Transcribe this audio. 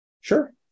Sure